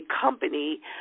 company